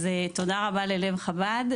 אז תודה רבה ללב חב"ד,